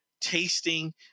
tasting